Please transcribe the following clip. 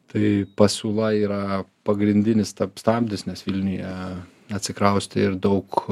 tai pasiūla yra pagrindinis stabdis nes vilniuje atsikraustė ir daug